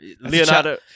Leonardo